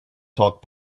talk